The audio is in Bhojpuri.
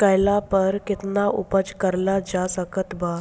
कैला पर केतना उपज कराल जा सकत बा?